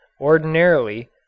Ordinarily